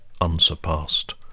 unsurpassed